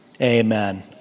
Amen